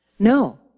No